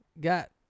got